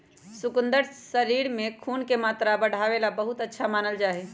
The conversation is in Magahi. शकुन्दर शरीर में खून के मात्रा बढ़ावे ला बहुत अच्छा मानल जाहई